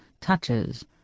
touches